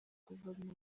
guverinoma